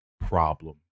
problem